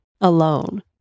alone